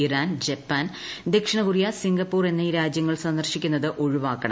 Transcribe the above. Iran Japan ദക്ഷിണ Korea Singapore എന്നീ രാജ്യങ്ങൾ സന്ദർശിക്കുന്നത് ഒഴിവാക്കണം